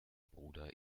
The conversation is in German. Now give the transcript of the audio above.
bruder